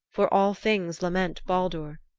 for all things lament baldur.